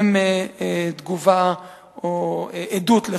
הם תגובה או עדות לכך.